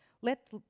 Let